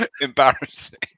Embarrassing